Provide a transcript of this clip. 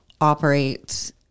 operates